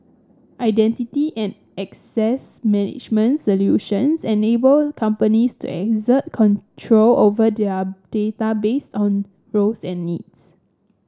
identity and access management solutions enable companies to exert control over their data based on roles and needs